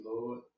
Lord